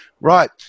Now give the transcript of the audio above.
right